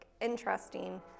interesting